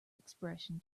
expression